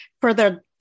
further